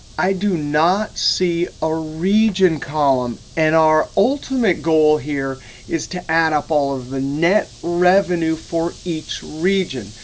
i do not see a region column. and our ultimate goal here is to add up all of the net revenue for each region.